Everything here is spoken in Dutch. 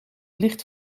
licht